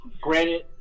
granted